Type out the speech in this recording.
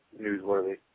newsworthy